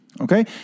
okay